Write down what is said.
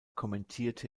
kommentierte